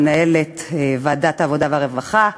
מנהלת ועדת העבודה והרווחה,